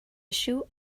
issue